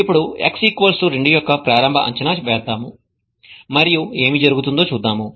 ఇప్పుడు x 2 యొక్క ప్రారంభ అంచనా వేద్దాం మరియు ఏమి జరుగుతుందో చూద్దాం